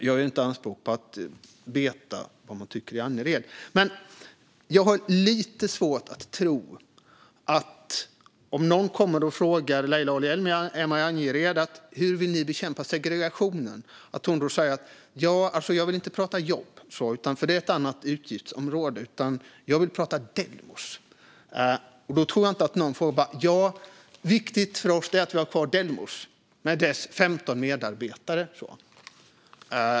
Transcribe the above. Jag gör inte anspråk på att veta vad man tycker i Angered, men jag har lite svårt att tro att Leila Ali-Elmi, om någon hemma i Angered kommer och frågar hur Miljöpartiet vill bekämpa segregationen, säger: Jag vill inte prata jobb, för det är ett annat utgiftsområde, utan jag vill prata om Delmos. Och om hon gör det tror jag inte att någon säger: Ja, det är viktigt för oss att vi har kvar Delmos med dess 15 medarbetare.